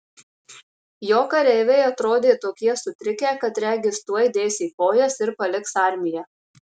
jo kareiviai atrodė tokie sutrikę kad regis tuoj dės į kojas ir paliks armiją